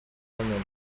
w’amaguru